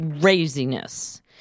craziness